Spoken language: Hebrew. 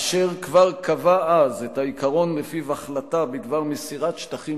אשר כבר קבע אז את העיקרון שלפיו החלטה בדבר מסירת שטחים